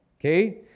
Okay